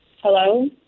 Hello